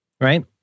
right